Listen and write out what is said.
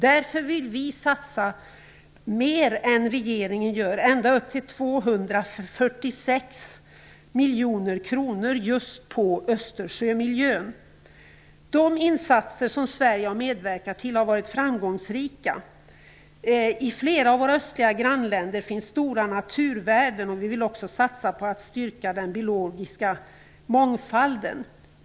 Därför vill vi satsa mera än vad regeringen gör, ända upp till 246 miljoner kronor just på Östersjömiljön. De insatser som Sverige har medverkat till har varit framgångsrika. I flera av våra östliga grannländer finns stora naturvärden. Vi vill också satsa på att stärka den biologiska mångfalden.